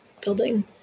building